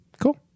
Cool